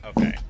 Okay